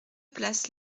place